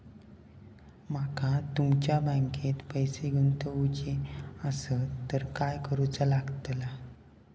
माका तुमच्या बँकेत पैसे गुंतवूचे आसत तर काय कारुचा लगतला?